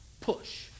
Push